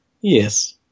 Yes